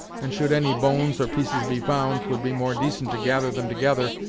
and should any bones, or pieces be found, twould be more decent to gather them together,